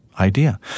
idea